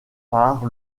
par